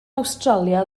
awstralia